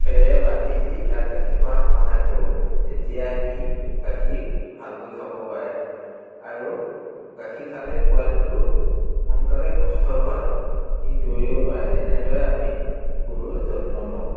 খেৰে বান্ধি দি তাক গাখীৰ খোৱাত সহায় কৰোঁ তেতিয়া সি গাখীৰ ভালকৈ খাব পাৰে আৰু গাখীৰ খালেই পোৱালিটো সোনকালে সুস্থ হৈ সি দৌৰিব পাৰে এনেদৰেই আমি গৰুৰ যত্ন লওঁ